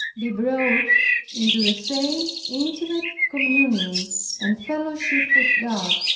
be brought into the same intimate communion and fellowship with god,